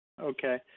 Okay